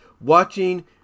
watching